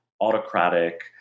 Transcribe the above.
autocratic